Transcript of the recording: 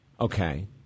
okay